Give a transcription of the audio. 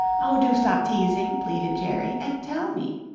oh, do stop teasing, pleaded jerry, and tell me.